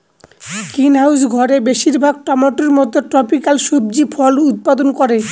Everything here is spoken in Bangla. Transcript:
গ্রিনহাউস ঘরে বেশির ভাগ টমেটোর মত ট্রপিকাল সবজি ফল উৎপাদন করে